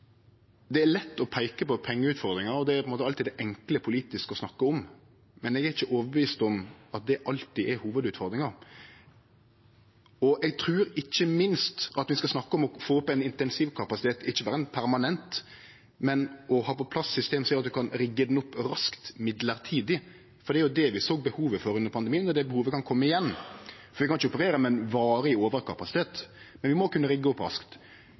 det er lett å peike på pengeutfordringar, og det er på ein måte alltid det enkle politisk å snakke om. Men eg er ikkje overtydd om at det alltid er hovudutfordringa. Eg trur ikkje minst vi skal snakke om å få opp intensivkapasiteten, ikkje berre permanent, men å ha på plass eit system som gjer at ein kan rigge han opp raskt midlertidig. Det var det vi såg behovet for under pandemien, og det behovet kan komme igjen. Vi kan ikkje operere med ein varig overkapasitet, men vi må kunne rigge opp raskt.